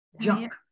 junk